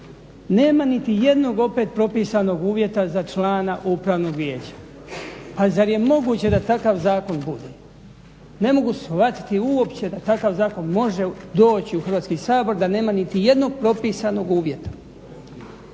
Nema nitijednog opet propisanog uvjeta za člana upravnog vijeća. Pa zar je moguće da takav zakon bude? Ne mogu shvatiti uopće da takav zakon može doći u Hrvatski sabor da nema nitijednog propisanog uvjeta.